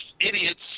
idiots